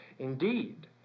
Indeed